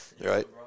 right